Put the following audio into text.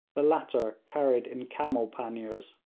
the latter carried in camel panniers.